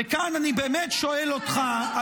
וכאן אני באמת שואל אותך,